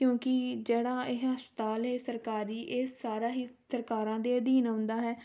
ਕਿਉਂਕਿ ਜਿਹੜਾ ਇਹ ਹਸਪਤਾਲ ਹੈ ਸਰਕਾਰੀ ਇਹ ਸਾਰਾ ਹੀ ਸਰਕਾਰਾਂ ਦੇ ਅਧੀਨ ਆਉਂਦਾ ਹੈ